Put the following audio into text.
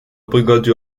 brigade